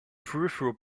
peripheral